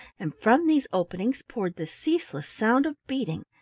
and from these openings poured the ceaseless sound of beating,